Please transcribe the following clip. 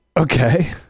Okay